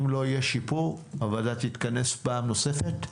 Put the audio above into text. אם לא יהיה שיפור, הוועדה תתכנס פעם נוספת.